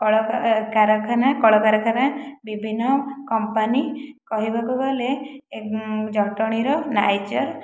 କଳକାରଖାନା କଳକାରଖାନା ବିଭିନ୍ନ କମ୍ପାନୀ କହିବାକୁ ଗଲେ ଜଟଣୀର ନାଇଜର